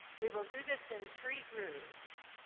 we will do this in three groups.